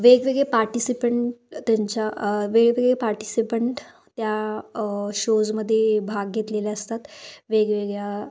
वेगवेगळे पार्टिसिपंट त्यांच्या वेगवेगळे पार्टिसिपंट त्या शोजमध्ये भाग घेतलेले असतात वेगवेगळ्या